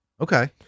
Okay